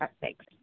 Thanks